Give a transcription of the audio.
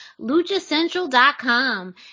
LuchaCentral.com